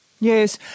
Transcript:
Yes